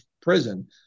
prison